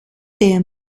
der